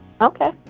Okay